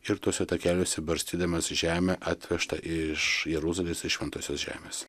ir tuose takeliuose barstydamas žemę atvežtą iš jeruzalės iš šventosios žemės